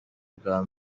bwa